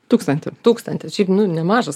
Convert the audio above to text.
tūkstantį tūkstantį šiaip nu nemažas